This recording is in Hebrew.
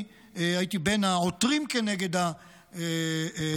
אני הייתי בין העותרים נגד החוק,